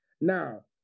Now